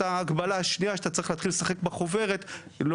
ההגבלה השנייה שאתה צריך להתחיל לשחק בחוברת לא